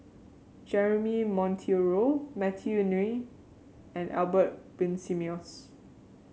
Jeremy Monteiro Matthew Ngui and Albert Winsemius